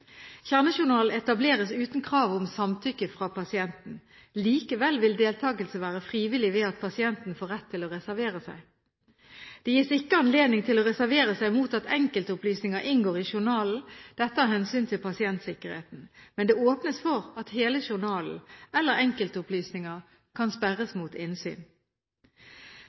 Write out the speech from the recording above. Kjernejournalen etableres uten krav om samtykke fra pasienten. Likevel vil deltakelse være frivillig ved at pasienten får rett til å reservere seg. Det gis ikke anledning til å reservere seg mot at enkeltopplysninger inngår i journalen – dette av hensyn til pasientsikkerheten. Men det åpnes for at hele journalen eller enkeltopplysninger kan sperres mot innsyn.